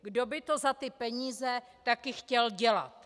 Kdo by to za ty peníze taky chtěl dělat.